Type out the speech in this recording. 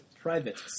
private